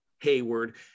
Hayward –